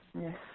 Yes